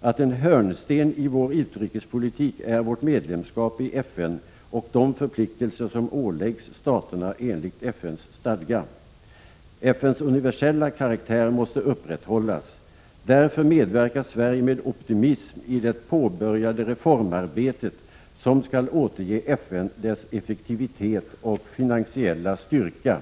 att en hörnsten i vår utrikespolitik är vårt medlemskap i FN och de förpliktelser som åläggs staterna enligt FN:s stadga. FN:s universella karaktär måste upprätthållas. Därför medverkar Sverige med optimism i det påbörjade reformarbetet, som skall återge FN dess effektivitet och finansiella styrka.